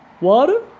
Water